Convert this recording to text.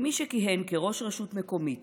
"מי שכיהן כראש רשות מקומית